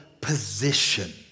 position